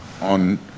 on